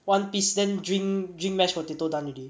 one piece then drink drink mash potato done already